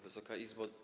Wysoka Izbo!